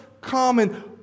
common